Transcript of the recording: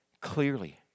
clearly